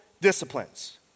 disciplines